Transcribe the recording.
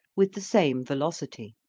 with the same velocity.